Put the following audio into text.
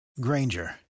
Granger